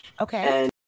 Okay